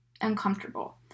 uncomfortable